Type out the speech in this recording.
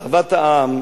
אהבת העם,